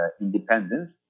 independence